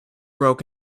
broke